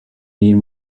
need